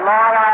Lord